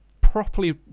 properly